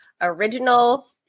original